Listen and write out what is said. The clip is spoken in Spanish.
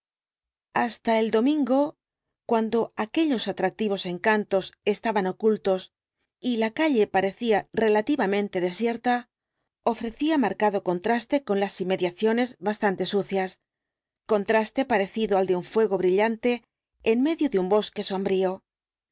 hasta el domingo cuando aquellos atractivos encantos estaban ocultos y la calle parecía relativamente desierta ofrecía marcado contraste con las inmediaciones bastante sucias contraste parecido al de un fuego brillante en medio de un